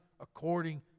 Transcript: according